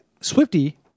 Swifty